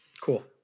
Cool